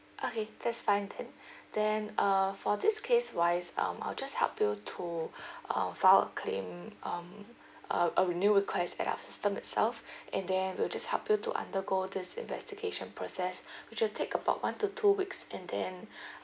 okay that's fine then then uh for this case wise um I'll just help you to um file a claim um a a renew request at our system itself and then we'll just help you to undergo this investigation process which will take about one to two weeks and then